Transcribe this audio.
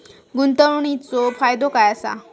गुंतवणीचो फायदो काय असा?